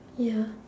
ya